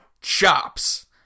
chops